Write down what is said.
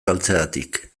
galtzegatik